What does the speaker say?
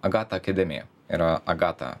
agata akademija yra agata